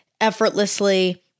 effortlessly